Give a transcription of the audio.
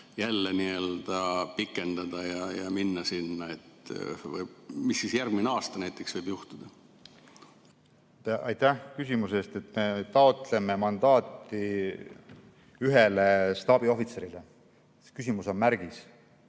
jälle pikendada ja minna sinna. Mis siis järgmisel aastal näiteks võib juhtuda? Aitäh küsimuse eest! Me taotleme mandaati ühele staabiohvitserile. Küsimus on märgis,